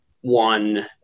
one